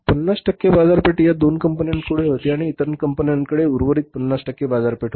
50 टक्के बाजारपेठ या दोन कंपन्यांकडे होती आणि इतर कंपन्यांकडे उर्वरित 50 टक्के बाजारपेठ होती